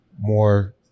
more